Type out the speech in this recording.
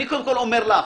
אני קודם כול אומר לך